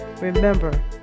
Remember